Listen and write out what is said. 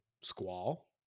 squall